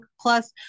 plus